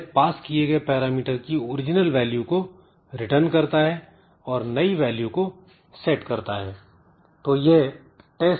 यह पास किए गए पैरामीटर की ओरिजिनल वैल्यू को रिटर्न करता है और नई वैल्यू को सेट करता है